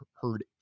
heard